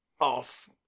Off